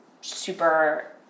super